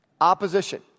opposition